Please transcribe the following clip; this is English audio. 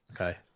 okay